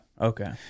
Okay